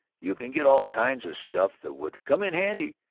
you can get all kinds of stuff that would come in handy.